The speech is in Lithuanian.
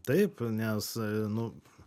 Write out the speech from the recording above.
taip nes nu